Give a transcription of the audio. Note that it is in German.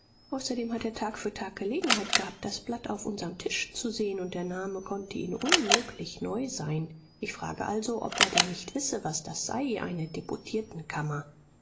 außerdem hat er tag für tag gelegenheit gehabt das blatt auf unserm tisch zu sehen und der name konnte ihm unmöglich neu sein ich frage also ob er denn nicht wisse was das sei eine deputiertenkammer